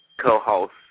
co-host